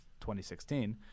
2016